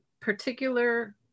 particular